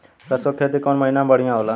सरसों के खेती कौन महीना में बढ़िया होला?